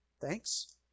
thanks